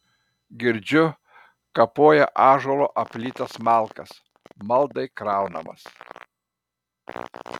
girdžiu kapoja ąžuolo aplytas malkas maldai kraunamas